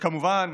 וכמובן,